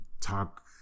talk